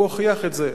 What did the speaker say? והוא הוכיח את זה: